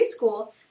preschool